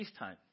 FaceTime